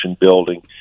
building